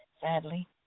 sadly